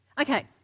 Okay